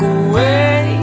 away